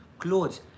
clothes